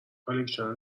کالکشن